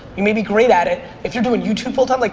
you may be great at it. if you're doing youtube full time, like